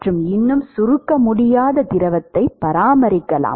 மற்றும் இன்னும் சுருக்க முடியாத திரவத்தை பராமரிக்கலாம்